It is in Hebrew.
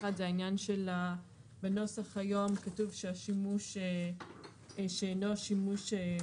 אחד זה העניין של הנוסח היום כתוב שהשימוש שאינו שימוש,